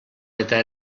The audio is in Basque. eta